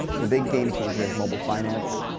the big game changer is mobile finance.